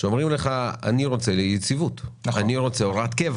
שאומרים לך: אני רוצה יציבות, אני רוצה הוראת קבע.